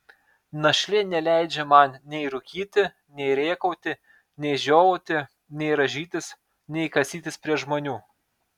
našlė neleidžia man nei rūkyti nei rėkauti nei žiovauti nei rąžytis nei kasytis prie žmonių